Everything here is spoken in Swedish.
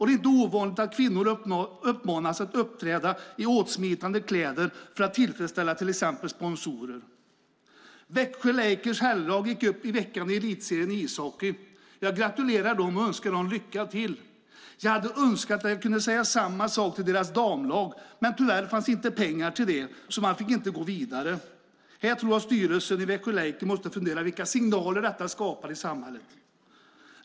Det är inte ovanligt att kvinnor uppmanas att uppträda i åtsmitande kläder för att tillfredsställa till exempel sponsorer. Växjö Lakers herrlag gick i veckan upp i elitserien i ishockey. Jag gratulerar dem och önskar dem lycka till. Jag hade önskat att jag hade kunnat säga samma sak till deras damlag. Men tyvärr fanns inte pengar till det, så de fick inte gå vidare. Här tror jag att styrelsen i Växjö Lakers måste fundera vilka signaler detta skapar i samhället.